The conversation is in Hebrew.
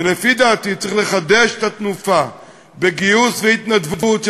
ולפי דעתי צריך לחדש את התנופה בגיוס ובהתנדבות של